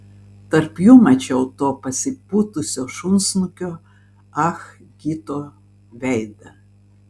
tarp jų mačiau to pasipūtusio šunsnukio ah gito veidą